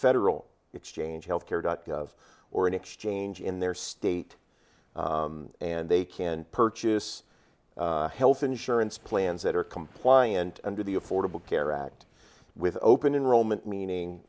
federal exchange health care dot gov or an exchange in their state and they can purchase health insurance plans that are compliant under the affordable care act with open enrollment meaning